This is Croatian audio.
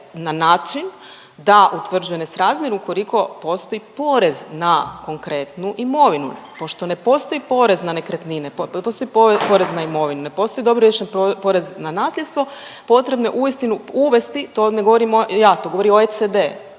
na način da utvrđuje nesrazmjer ukoliko postoji porez na konkretnu imovinu. Pošto ne postoji porez na nekretnine, ne postoji porez na imovinu, ne postoji …/Govornica se ne razumije./… porez na nasljedstvo potrebno je uistinu uvesti, to ne govorim ja, to govori OECD,